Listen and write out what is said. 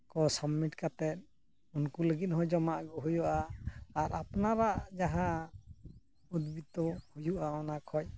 ᱠᱚ ᱥᱟᱵᱢᱤᱴ ᱠᱟᱛᱮ ᱩᱱᱠᱩ ᱞᱟᱹᱜᱤᱫ ᱦᱚᱸ ᱡᱚᱢᱟᱜ ᱟᱹᱜᱩ ᱦᱩᱭᱩᱜᱼᱟ ᱟᱨ ᱟᱯᱱᱟᱨᱟᱜ ᱡᱟᱦᱟᱸ ᱩᱫᱽᱵᱤᱛᱛᱚ ᱦᱩᱭᱩᱜᱼᱟ ᱚᱱᱟ ᱠᱷᱚᱱ